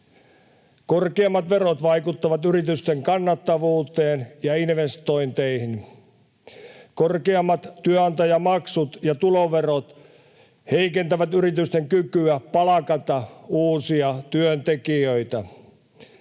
Korkeammat verot vaikuttavat yritysten kannattavuuteen ja investointeihin. Korkeammat työnantajamaksut ja tuloverot heikentävät yritysten kykyä palkata uusia työntekijöitä.